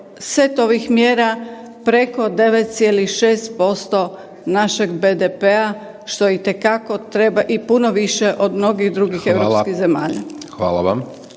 set ovih mjera preko 9,6% našeg BDP-a što itekako treba i puno više od mnogih drugih europskih zemalja. **Hajdaš